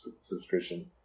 subscription